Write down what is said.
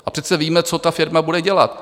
A přece víme, co ta firma bude dělat.